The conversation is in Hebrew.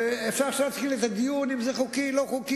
עכשיו אפשר להתחיל את הדיון אם זה חוקי או לא חוקי,